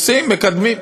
עושים, מקדמים.